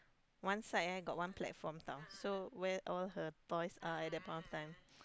one side eh got one platform tau so where all her toys are at that point of time